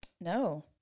No